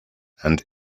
and